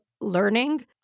learning